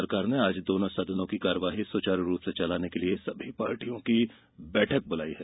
सरकार ने आज दोनों सदनों की कार्यवाही सुचारू रूप से चलाने के लिए सभी पार्टियों की बैठक बुलाई है